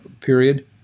period